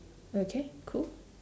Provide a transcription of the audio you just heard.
okay cool